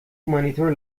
مانیتور